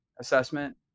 assessment